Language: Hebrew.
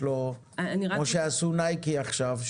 כמו שעשו נייקי עכשיו,